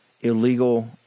illegal